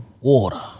Water